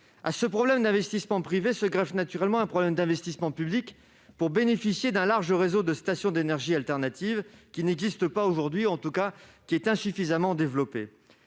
À ce problème d'investissement privé se greffe naturellement un problème d'investissement public pour proposer un large réseau de stations d'énergies alternatives, lequel n'existe pas aujourd'hui ou est insuffisamment développé.